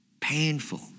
painful